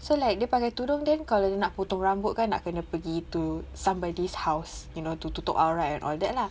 so like dia pakai tudung then kalau dia nak potong rambut kan nak kena pergi to somebody's house you know to tutup aurat and all that lah